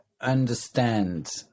understand